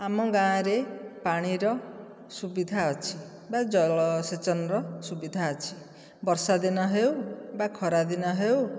ଆମ ଗାଁରେ ପାଣିର ସୁବିଧା ଅଛି ବା ଜଳ ସେଚନର ସୁବିଧା ଅଛି ବର୍ଷାଦିନ ହେଉ ବା ଖରାଦିନ ହେଉ